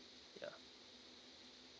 ya